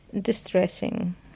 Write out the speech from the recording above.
distressing